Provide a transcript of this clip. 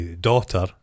daughter